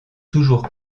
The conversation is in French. toujours